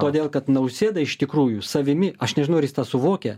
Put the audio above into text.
todėl kad nausėda iš tikrųjų savimi aš nežinau ar jis tą suvokia